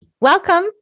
Welcome